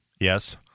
Yes